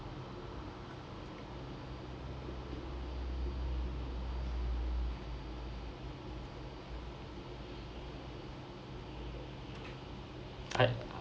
I